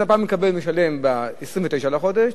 אתה פעם משלם ב-29 בחודש,